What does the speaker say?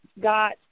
got